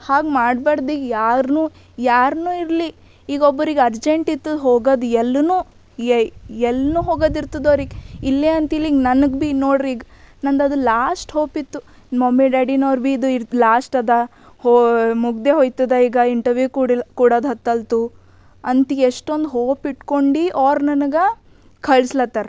ಹಾಗೆ ಮಾಡಬಾಡ್ದಿ ಯಾರನು ಯಾರನೂ ಇರಲಿ ಈಗ ಒಬ್ರಿಗೆ ಅರ್ಜೆಂಟ್ ಇತ್ತು ಹೋಗೋದ್ ಎಲ್ಲು ಎಲ್ನೂ ಹೋಗೋದಿರ್ತದೆ ಅವ್ರಿಗೆ ಇಲ್ಲೇ ಅಂತಿಲಿಗ ನನಗೆ ಬಿ ನೋಡ್ರಿ ಈಗ ನಂದದು ಲಾಶ್ಟ್ ಹೋಪಿತ್ತು ಮಮ್ಮಿ ಡ್ಯಾಡಿನು ಅವ್ರು ಬಿ ಇದು ಲಾಶ್ಟ್ ಅದ ಹೋ ಮುಗಿದೆ ಹೊಯ್ತದ ಈಗ ಇಂಟರ್ವ್ಯೂ ಕೂಡಿಲ್ ಕೊಡದು ಹತ್ತಲ್ತು ಅಂತ ಎಷ್ಟೊಂದು ಹೋಪ್ ಇಟ್ಕೊಂಡು ಅವ್ರ್ ನನಗೆ ಕಳಿಸ್ಲತ್ತರ್